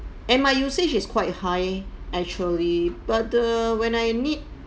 and my usage is quite high actually but the when I need